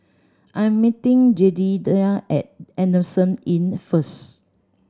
I'm meeting Jedediah at Adamson Inn first